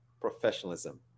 professionalism